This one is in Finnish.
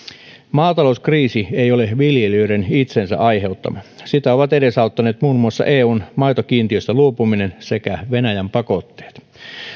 maatalouskriisi ei ole viljelijöiden itsensä aiheuttama sitä ovat edesauttaneet muun muassa eun maitokiintiöstä luopuminen sekä venäjän pakotteet